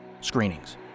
Screenings